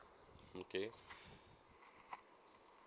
okay